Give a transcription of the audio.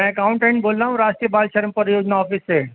میں اکاؤنٹنٹ بول رہا راشٹریہ بال شرم پری یوجنا آفس سے